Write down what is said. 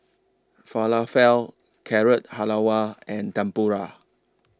Falafel Carrot Halwa and Tempura